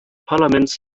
parlaments